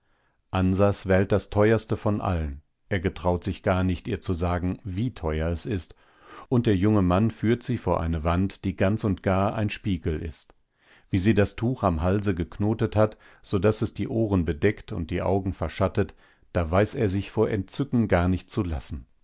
ansas wählt das teuerste von allen er getraut sich gar nicht ihr zu sagen wie teuer es ist und der junge mann führt sie vor eine wand die ganz und gar ein spiegel ist wie sie das tuch am halse geknotet hat so daß es die ohren bedeckt und die augen verschattet da weiß er sich vor entzücken gar nicht zu lassen